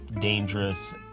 dangerous